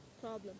problem